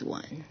one